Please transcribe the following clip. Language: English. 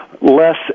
less